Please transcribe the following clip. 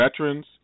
veterans